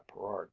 Perard